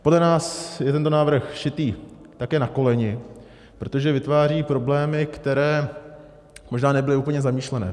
Podle nás je tento návrh šitý také na koleni, protože vytváří problémy, které možná nebyly úplně zamýšlené.